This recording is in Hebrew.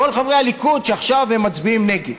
כל חברי הליכוד שעכשיו מצביעים נגד.